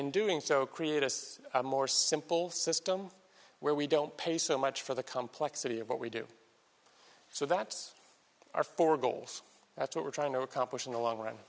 in doing so create is a more simple system where we don't pay so much for the complexity of what we do so that's our four goals that's what we're trying to accomplish in the long run